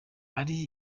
ari